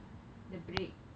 the break